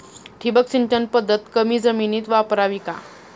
ठिबक सिंचन पद्धत कमी जमिनीत वापरावी का?